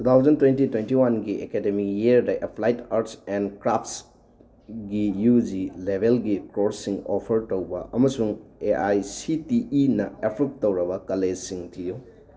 two thousand twenty twenty ꯋꯥꯟꯒꯤ academic ꯏꯌꯥꯔꯗ applied arts and crafts ꯒꯤ ꯌꯨ ꯖꯤ ꯂꯦꯚꯦꯜꯒꯤ ꯀꯣꯔꯁꯁꯤꯡ ꯑꯣꯐꯔ ꯇꯧꯕ ꯑꯃꯁꯨꯡ A I C T E ꯅ ꯑꯦꯄ꯭ꯔꯨꯞ ꯇꯧꯔꯕ ꯀꯣꯂꯦꯖꯁꯤꯡ ꯊꯤꯌꯨ